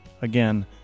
Again